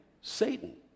Satan